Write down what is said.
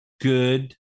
Good